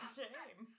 shame